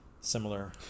similar